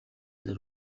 дээр